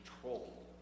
control